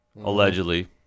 allegedly